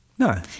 No